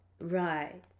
Right